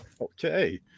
Okay